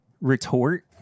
retort